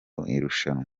irushanwa